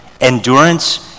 endurance